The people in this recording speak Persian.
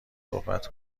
صحبت